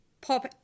pop